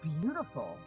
beautiful